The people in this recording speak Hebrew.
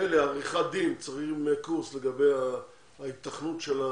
מילא עריכת דין, צריכים קורס לגבי ההיתכנות או